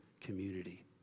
community